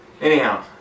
Anyhow